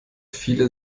viele